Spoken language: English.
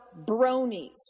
bronies